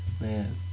Man